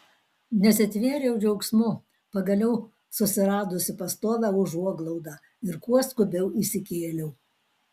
nesitvėriau džiaugsmu pagaliau susiradusi pastovią užuoglaudą ir kuo skubiau įsikėliau